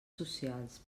socials